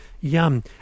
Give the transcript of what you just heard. Yum